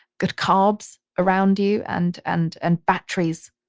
good carbs around you and, and, and batteries.